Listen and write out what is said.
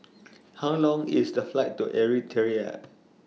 How Long IS The Flight to Eritrea